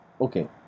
Okay